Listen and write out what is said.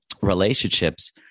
relationships